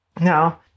Now